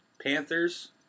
Panthers